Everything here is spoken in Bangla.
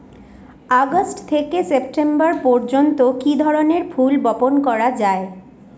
আগস্ট থেকে সেপ্টেম্বর পর্যন্ত কি ধরনের ফুল বপন করা যায়?